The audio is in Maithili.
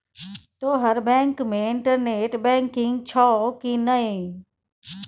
तोहर बैंक मे इंटरनेट बैंकिंग छौ कि नै